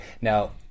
now